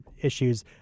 issues